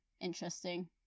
interesting